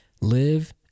live